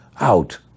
out